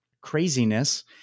craziness